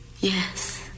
Yes